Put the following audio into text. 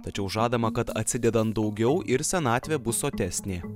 tačiau žadama kad atsidedant daugiau ir senatvė bus sotesnė